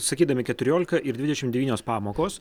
sakydami keturiolika ir dvidešimt devynios pamokos